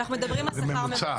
אנחנו מדברים על שכר ממוצע.